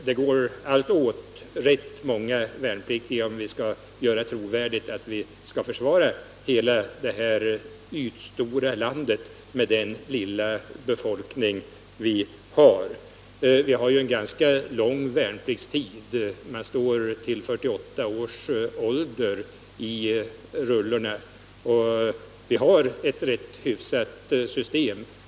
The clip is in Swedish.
Det går allt åt rätt många värnpliktiga, om vi skall kunna göra det trovärdigt att vi avser att försvara hela det här ytstora landet med vår lilla befolkning. Vi har ju en ganska lång värnpliktstid, eftersom man finns med i rullorna till 48 års ålder.